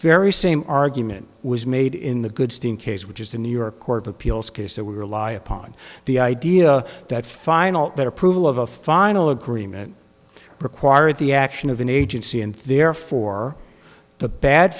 very same argument was made in the goodstein case which is the new york court of appeals case that we rely upon the idea that final that approval of a final agreement require the action of an agency and therefore the bad